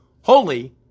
holy